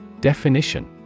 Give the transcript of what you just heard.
Definition